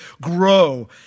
grow